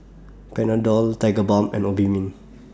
Panadol Tigerbalm and Obimin